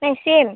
ନାହିଁ ସେମ୍